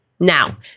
Now